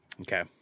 Okay